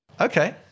Okay